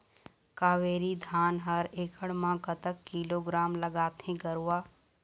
कावेरी धान हर एकड़ म कतक किलोग्राम लगाथें गरवा?